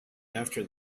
after